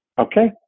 Okay